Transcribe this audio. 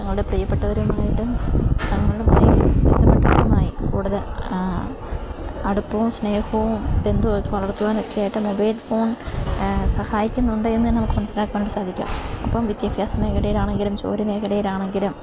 നമ്മുടെ പ്രിയപ്പെട്ടവരുമായിട്ടും തങ്ങളുമായി ബന്ധപ്പെട്ടവരുമായി കൂടുതൽ അടുപ്പവും സ്നേഹവും ബന്ധവും വളർത്തുവാനൊക്കെയായിട്ട് മൊബൈൽ ഫോൺ സഹായിക്കുന്നുണ്ട് എന്നുതന്നെ നമുക്ക് മനസ്സിലാക്കുവാനായിട്ട് സാധിക്കും അപ്പം വിദ്യാഭ്യാസ മേഖലയിലാണെങ്കിലും ജോലി മേഖലയിലാണെങ്കിലും